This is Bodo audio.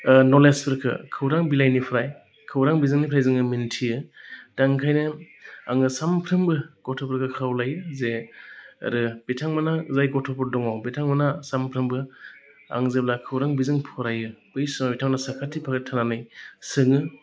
नलेजफोरखौ खौरां बिलाइनिफ्राय खौरां बिजोंनिफ्राय जोङो मोन्थियो दा ओंखायनो आङो सानफ्रोमबो गथ'फोरखौ खावलायो जे आरो बिथांमोना जाय गथ'फोर दङ बिथांमोना सानफ्रोमबो आं जेब्ला खौरांबिजों फरायो बै समाव बिथांमोना साखाथि फाखाथि थानानै सोङो